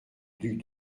duc